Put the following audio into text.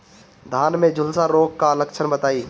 धान में झुलसा रोग क लक्षण बताई?